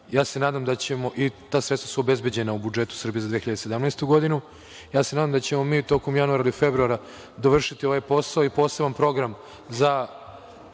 i prerađivače i ta sredstva su obezbeđena u budžetu Srbije za 2017. godinu. Nadam se da ćemo mi tokom januara ili februara dovršiti ovaj posao i poseban program za